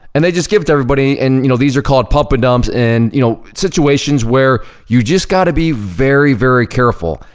and they just give it to everybody, and you know, these are called pump and dumps, and you know, situations where you just gotta be very, very careful.